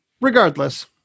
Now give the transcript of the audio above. regardless